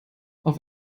auf